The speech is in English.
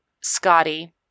Scotty